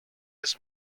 his